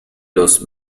los